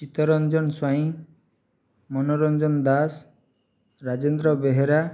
Chitta Ranjan Swain Manoranjan Das Rajendra Behera